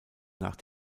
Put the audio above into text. nach